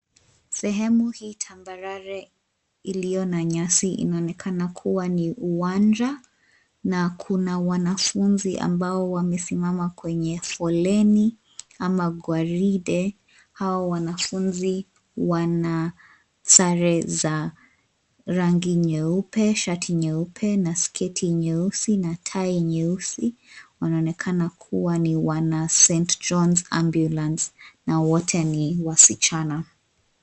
Sehemu hii tambarare iliyo na nyasi inaonekana kuwa ni uwanja na kuna wanafunzi ambao wamesimama kwenye foleni ama gwaride. Hao wanafunzi wana sare za rangi nyeupe, shati nyeupe na sketi nyeusi na tai nyeusi wanaonekana kuwa ni wana St Johns ambulance na wote ni wasichana.